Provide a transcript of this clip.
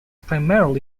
primarily